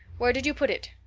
where did you put it?